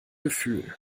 gefühl